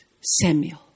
Samuel